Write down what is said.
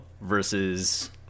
versus